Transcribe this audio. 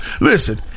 listen